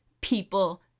people